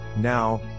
now